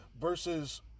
Versus